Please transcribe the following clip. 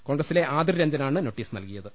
കോൺഗ്രസിലെ ആദിർ രഞ്ജനാണ് നോട്ടീസ് നൽകിയത്